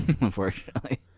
Unfortunately